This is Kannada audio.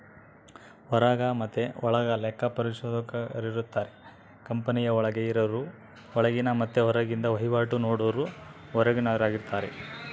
ಹೊರಗ ಮತೆ ಒಳಗ ಲೆಕ್ಕ ಪರಿಶೋಧಕರಿರುತ್ತಾರ, ಕಂಪನಿಯ ಒಳಗೆ ಇರರು ಒಳಗಿನ ಮತ್ತೆ ಹೊರಗಿಂದ ವಹಿವಾಟು ನೋಡರು ಹೊರಗಿನವರಾರ್ಗಿತಾರ